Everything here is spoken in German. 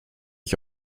ich